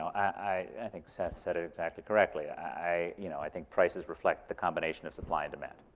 i think seth said it exactly correctly. i you know i think prices reflect the combination of supply and demand.